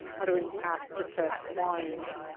uttering half-suppressed whines.